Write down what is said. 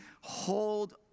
hold